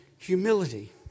Humility